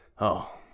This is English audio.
Oh